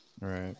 right